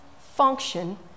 function